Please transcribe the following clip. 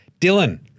Dylan